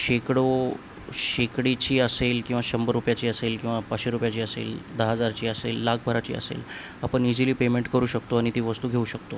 शेकडो शेकडीची असेल किंवा शंभर रुपयाची असेल किंवा पाचशे रुपयाची असेल दहा हजारची असेल लाखभराची असेल आपण इझिली पेमेंट करू शकतो आणि ती वस्तू घेऊ शकतो